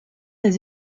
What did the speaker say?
des